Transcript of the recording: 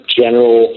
general